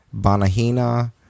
Banahina